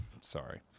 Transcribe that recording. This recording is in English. sorry